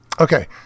Okay